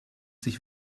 sich